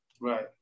Right